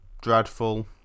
dreadful